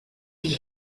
die